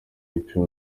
ibipimo